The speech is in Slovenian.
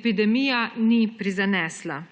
epidemija ni prizanesla.